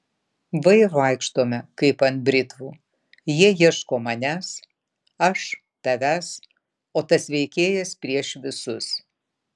va ir vaikštome kaip ant britvų jie ieško manęs aš tavęs o tas veikėjas prieš visus